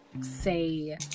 say